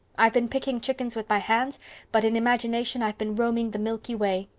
i've been picking chickens with my hands but in imagination i've been roaming the milky way.